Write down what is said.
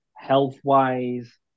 Health-wise